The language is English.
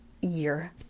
year